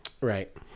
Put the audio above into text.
Right